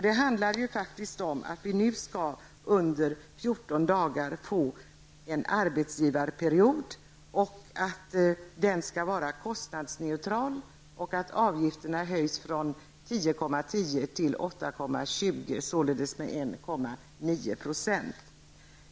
Det handlar faktiskt om att vi nu skall få en arbetsgivarperiod under 14 dagar och att den skall vara kostnadsneutral. Avgifterna sänks från 10,10 % till 8,20 %, således med 1,9 %.